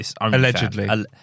Allegedly